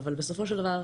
אבל בסופו של דבר,